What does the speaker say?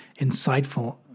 insightful